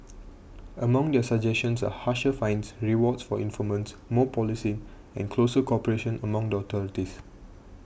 among their suggestions are harsher fines rewards for informants more policing and closer cooperation among the authorities